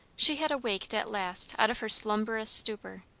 she had awaked at last out of her slumberous stupor,